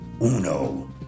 uno